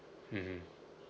mmhmm